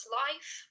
life